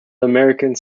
americans